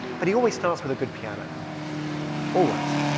but he always starts with a good piano always.